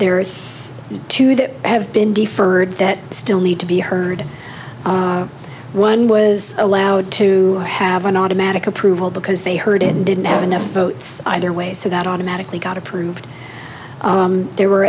there are two that have been deferred that still need to be heard one was allowed to have an automatic approval because they heard it didn't have enough votes either way so that automatically got approved there were